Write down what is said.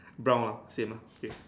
brown ah same ah same